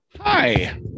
Hi